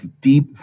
deep